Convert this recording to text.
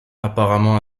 apparemment